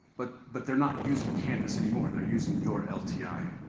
but but they're not using canvas anymore. they're using your lti. ah